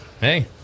hey